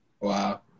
Wow